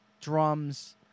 drums